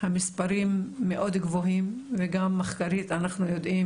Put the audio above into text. המספרים מאוד גבוהים וגם מחקרית אנחנו יודעים